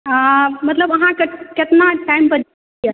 हँ मतलब अहाँके केतना टाइमपर